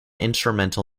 instrumental